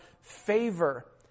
favor